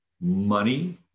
money